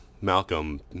Malcolm